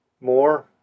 more